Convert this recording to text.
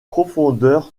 profondeur